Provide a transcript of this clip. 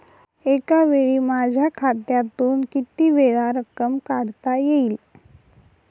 एकावेळी माझ्या खात्यातून कितीवेळा रक्कम काढता येईल?